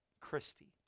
Christie